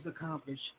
accomplished